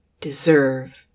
deserve